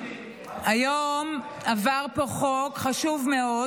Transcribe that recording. היום עבר פה חוק חשוב מאוד,